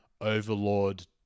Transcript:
overlord